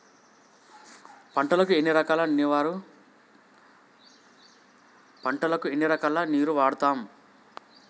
పంటలకు ఎన్ని రకాల నీరు వాడుతం?